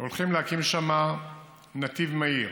הולכים להקים שם נתיב מהיר.